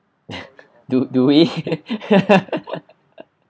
do do we